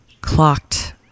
clocked